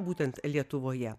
būtent lietuvoje